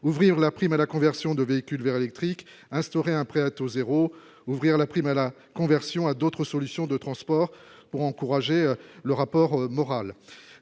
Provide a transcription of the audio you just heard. ouvrir la prime à la conversion de véhicules verts électrique instaurer un prêt à taux 0, ouvrir la prime à la conversion à d'autres solutions de transport pour encourager le rapport moral